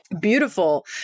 beautiful